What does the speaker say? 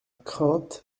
crainte